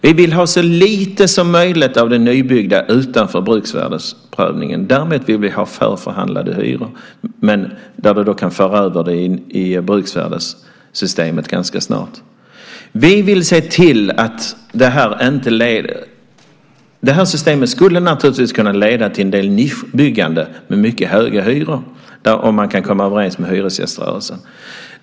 Vi vill ha så lite som möjligt av det nybyggda utanför bruksvärdesprövningen. Däremot vill vi ha förförhandlade hyror som vi kan föra över i bruksvärdessystemet ganska snart. Det här systemet skulle naturligtvis kunna leda till en del nischbyggande med mycket höga hyror, om man kan komma överens med hyresgäströrelsen.